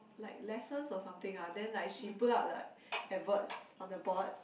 like lessons or something ah then like she put up like adverts on the board